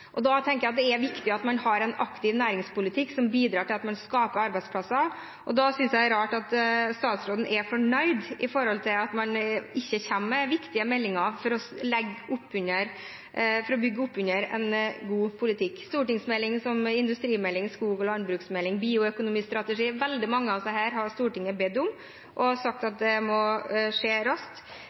arbeidsplasser. Da synes jeg det er rart at statsråden er fornøyd med at man ikke kommer med viktige meldinger for å bygge opp under en god politikk. Stortingsmeldinger som industrimelding, skog- og landbruksmelding, melding om bioøkonomistrategi – veldig mange av disse har Stortinget bedt om, og sagt at det må skje raskt,